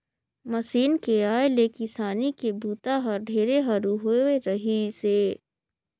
machine के आए ले किसानी के बूता हर ढेरे हरू होवे रहीस हे